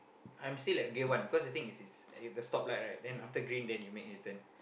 I'm still at gear one cause the thing is is the stop light right after green then you make the U-turn